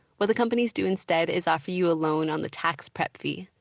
what the companies do instead is offer you a loan on the tax prep fee.